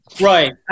Right